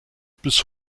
bis